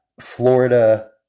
Florida